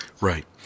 Right